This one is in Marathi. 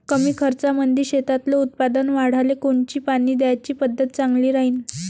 कमी खर्चामंदी शेतातलं उत्पादन वाढाले कोनची पानी द्याची पद्धत चांगली राहीन?